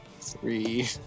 three